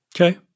Okay